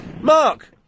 Mark